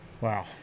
Wow